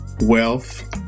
wealth